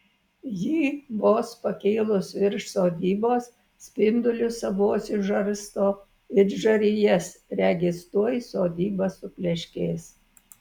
ji vos pakilus virš sodybos spindulius savuosius žarsto it žarijas regis tuoj sodyba supleškės